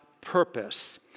purpose